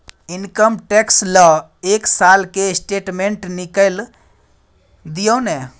Income tax ल एक साल के स्टेटमेंट निकैल दियो न?